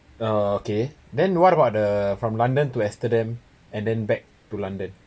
okay then what about the from london to amsterdam and then back to london